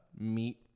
meat